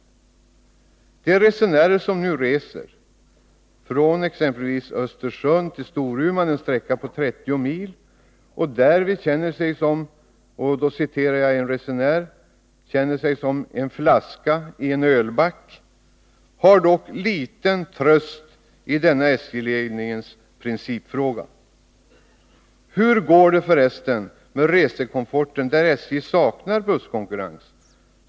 De resenärer som nu reser från exempelvis Östersund till Storuman, en sträcka på 30 mil, och därvid känner sig som en flaska i en ölback — för att citera en resenär — har dock liten tröst i hänvisningen till denna SJ-ledningens princip. Hur går det för resten med resekomforten när SJ saknar busskonkurrens?